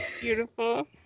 Beautiful